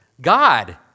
God